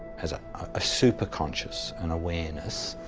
as ah a super-conscious in awareness,